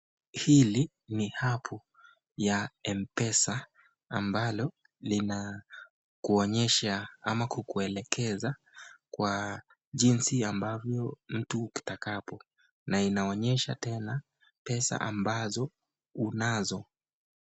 Hii ni apu ya M-pesa ambalo linakuonyesha ama kukuelekeza ama kwa jinsi ambavyo mtu atakapo, na inaonyesaha tena pesa ambazo unazo.